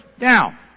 Now